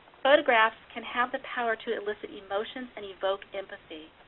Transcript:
photographs can have the power to elicit emotions and evoke empathy,